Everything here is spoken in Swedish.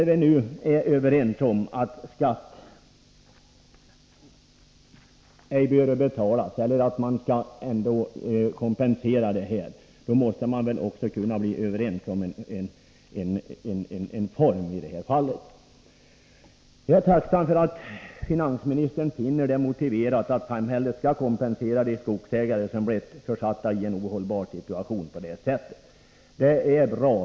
Om vi nu är överens om att skatt ej behöver betalas eller att kompensation skall utgå, då måste det väl ändå vara möjligt att kunna komma överens om något liknande i detta fall. Jag är tacksam för att finansministern finner det motiverat att de skogsägare som på detta sätt blivit försatta i en ohållbar situation kompenseras. Det är bra.